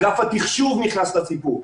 אגף התחשוב נכנס לסיפור,